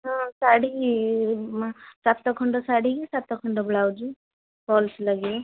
ହଁ ଶାଢ଼ୀ ସାତ ଖଣ୍ଡ ଶାଢ଼ୀକି ସାତ ଖଣ୍ଡ ବ୍ଲାଉଜ୍ ଫଲ୍ସ ଲାଗିବ